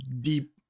deep